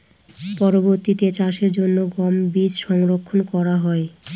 পরবর্তিতে চাষের জন্য গম বীজ সংরক্ষন করা হয়?